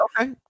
Okay